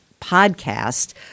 podcast-